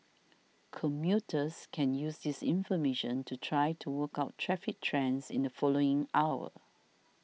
commuters can use this information to try to work out traffic trends in the following hour